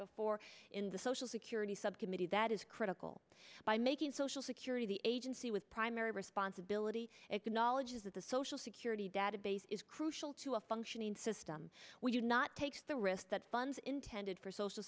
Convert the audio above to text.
before in the social security subcommittee that is critical by making social security the agency with primary responsibility acknowledges that the social security database is crucial to a functioning system we do not take the risk that funds intended for social